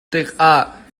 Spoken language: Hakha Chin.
tikah